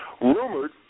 rumored